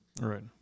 Right